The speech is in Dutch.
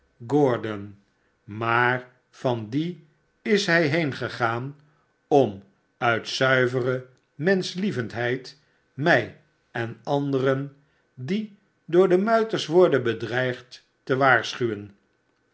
gordon maar van dien is hij heengegaan om uit zuivere menschlievendheid mij en anderen die door de muiters worden bedreigd te waarschuwen